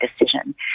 decision